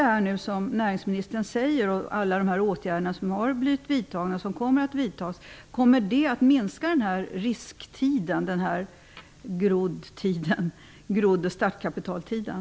Kommer det som näringsministern säger och alla de åtgärder som har blivit vidtagna och som kommer att vidtas att minska grodd och startkapitaltiden?